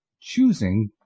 choosing